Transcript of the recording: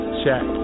check